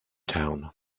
town